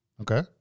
Okay